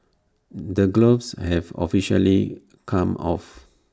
the gloves have officially come off